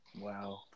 Wow